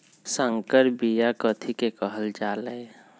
संकर बिया कथि के कहल जा लई?